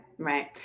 Right